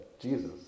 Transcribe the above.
Jesus